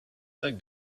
that